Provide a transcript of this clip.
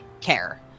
care